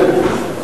כן.